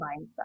mindset